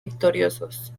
victoriosos